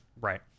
right